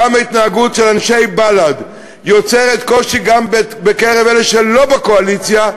גם ההתנהגות של אנשי בל"ד יוצרת קושי גם בקרב אלה שאינם בקואליציה,